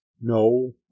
no